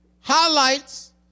highlights